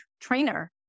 trainer